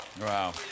Wow